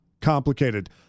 complicated